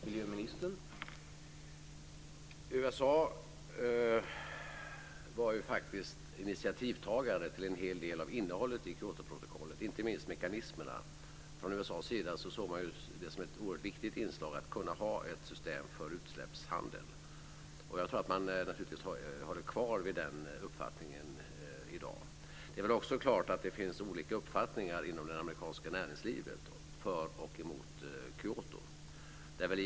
Herr talman! USA var initiativtagare till en hel del av innehållet i Kyotoprotokollet och inte minst mekanismerna. Från USA:s sida såg man det som ett oerhört viktigt inslag att kunna ha ett system för utsläppshandel. Man håller naturligtvis kvar vid den uppfattningen i dag. Det är också klart att det finns olika uppfattningar inom det amerikanska näringslivet för och emot Kyotoprotokollet.